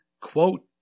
quote